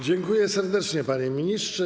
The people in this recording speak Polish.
Dziękuję serdecznie, panie ministrze.